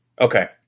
Okay